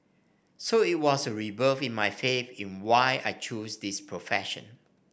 so it was a rebirth in my faith in why I chose this profession